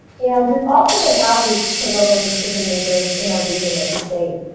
and we've also done outreach to local decision makers in our region and state.